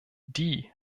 die